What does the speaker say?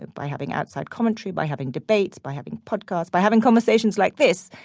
and by having outside commentary, by having debates, by having podcasts by having conversations like this.